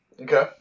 Okay